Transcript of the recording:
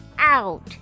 Out